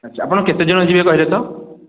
ଆଚ୍ଛା ଆପଣ କେତେ ଜଣ ଯିବେ କହିଲେ ତ